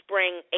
Bring